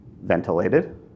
ventilated